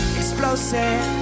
explosive